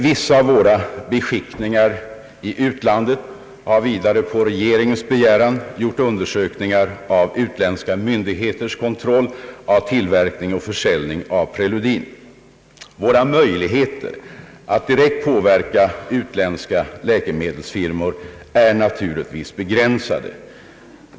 Vissa av våra beskickningar i utlandet har vidare på regeringens begäran gjort undersökningar av olika myndigheters kontroll av tillverkning och försäljning av preludin. Våra möjligheter att direkt påverka utländska läkemedelsfirmor är naturligtvis begränsade.